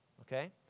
Okay